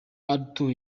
alto